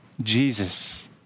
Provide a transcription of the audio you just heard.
Jesus